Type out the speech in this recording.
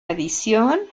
adición